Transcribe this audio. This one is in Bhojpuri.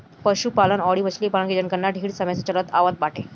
पशुपालन अउरी मछरी पालन के जनगणना ढेर समय से चलत आवत बाटे